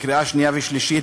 בקריאה השנייה והשלישית,